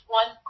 one